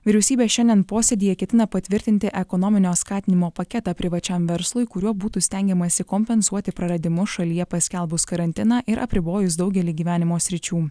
vyriausybė šiandien posėdyje ketina patvirtinti ekonominio skatinimo paketą privačiam verslui kuriuo būtų stengiamasi kompensuoti praradimus šalyje paskelbus karantiną ir apribojus daugelį gyvenimo sričių